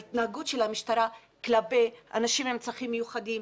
ההתנהגות של המשטרה כלפי אנשים עם צרכים מיוחדים,